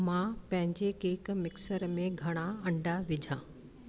मां पंहिंजे cake mixer में घणा अंडा विझा